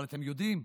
אבל אתם יודעים,